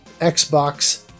Xbox